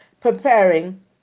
preparing